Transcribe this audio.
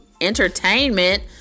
entertainment